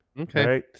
okay